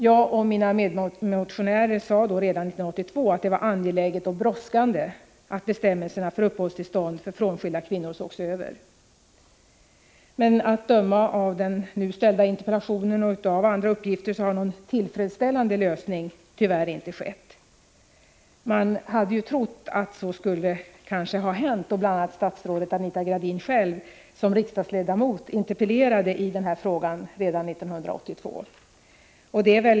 Jag och mina medmotionärer framhöll redan 1982 att det var angeläget och brådskande med en översyn av bestämmelserna för uppehållstillstånd för frånskilda invandrarkvinnor, men att döma av den nu framställda interpellationen och av andra uppgifter har problemen tyvärr inte fått någon tillfredsställande lösning. Man trodde att så skulle bli fallet då bl.a. statsrådet Anita Gradin själv som riksdagsledamot interpellerade i frågan 1982.